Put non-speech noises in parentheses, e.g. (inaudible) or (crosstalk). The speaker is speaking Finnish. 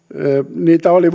niitä oli (unintelligible)